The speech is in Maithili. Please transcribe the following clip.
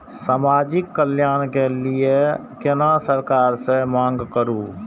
समाजिक कल्याण के लीऐ केना सरकार से मांग करु?